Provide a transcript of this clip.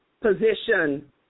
position